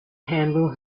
handle